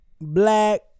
Black